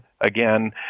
again